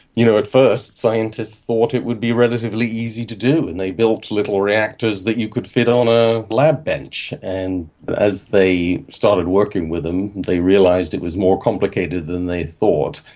you know at first scientists thought it would be relatively easy to do and they built little reactors that you could fit on a lab bench. and as they started working with them they realised it was more complicated than they thought.